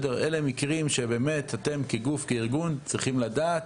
אלה מקרים שאתם באמת כגוף וכארגון צריכים לדעת